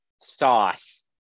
sauce